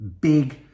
big